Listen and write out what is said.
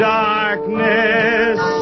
darkness